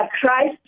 Christ